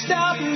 Stop